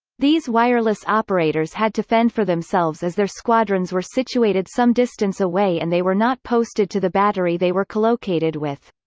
these wireless operators had to fend for themselves as their squadrons were situated situated some distance away and they were not posted to the battery they were colocated with.